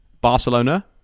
Barcelona